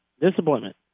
disappointment